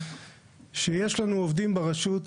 שיש לנו עובדים ברשות,